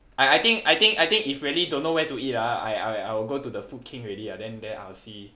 I I I think I think I think if we really don't know where to eat ah I I I will go to the food king already ah then then I'll see